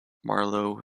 marlow